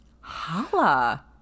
Holla